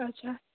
اَچھا